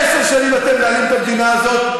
עשר שנים אתם מנהלים את המדינה הזאת,